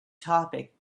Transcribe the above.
topic